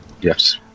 Yes